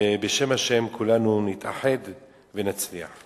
ובשם השם כולנו נתאחד ונצליח.